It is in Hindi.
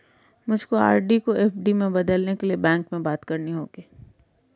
मुझको आर.डी को एफ.डी में बदलने के लिए बैंक में बात करनी होगी